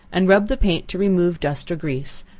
and rub the paint to remove dust or grease,